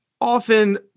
often